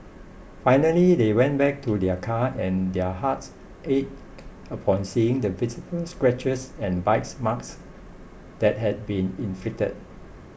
finally they went back to their car and their hearts ached upon seeing the visible scratches and bite marks that had been inflicted